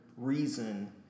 Reason